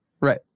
right